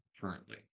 currently